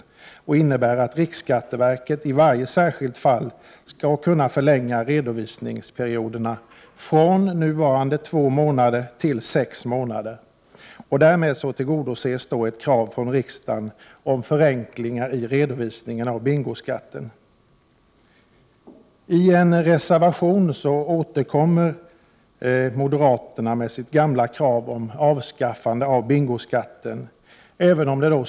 Förslaget innebär att riksskatteverket i särskilda fall skall kunna förlänga redovisningsperioderna från nuvarande två månader till sex månader. Därmed tillgodoses ett krav från riksdagen om förenklingar i redovisningen av bingoskatten. I en reservation återkommer moderaterna med sitt gamla krav på avskaffande av bingoskatten.